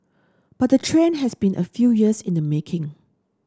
but the trend has been a few years in the making